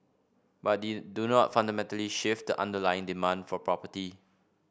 but they do not fundamentally shift the underlying demand for property